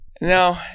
No